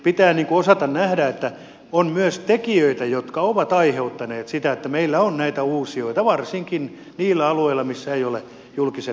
pitää osata nähdä että on myös tekijöitä jotka ovat aiheuttaneet sitä että meillä on näitä uusijoita varsinkin niillä alueilla missä ei ole julkisen liikenteen mahdollisuuksia